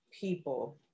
people